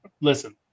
Listen